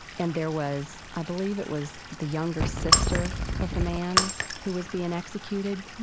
and there was, i believe it was the younger sister of the man who was being executed,